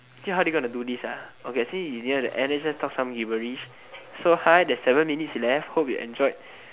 ya then how are they going to do this so let's talk some gibberish so hi there is seven minutes left I hope you enjoy